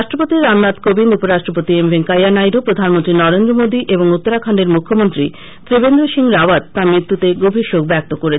রাষ্ট্রপতি রামনাথ কোবিন্দ উপরাষ্ট্রপতি এম ভেম্কাইয়ানাইডু প্রধানমন্ত্রী নরেন্দ্র মোদি এবং উত্তরাখন্ডের মুখ্যমন্ত্রী ত্রিবেন্দ্র সিং রাওয়াতও তাঁর মৃত্যুতে গভীর শোক ব্যক্ত করেছেন